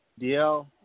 DL